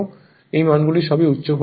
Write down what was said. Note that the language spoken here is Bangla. এই মানগুলি সবই উচ্চ ভোল্টেজের হয়